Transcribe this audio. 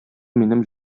минем